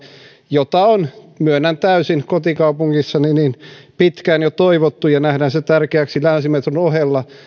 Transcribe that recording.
jota on myönnän täysin kotikaupungissani pitkään jo toivottu ja nähty tärkeäksi länsimetron ohella